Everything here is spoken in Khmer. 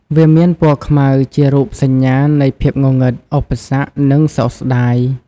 វាមានពណ៌ខ្មៅជារូបសញ្ញានៃភាពងងឹត ឧបសគ្គ និងសោកស្តាយ។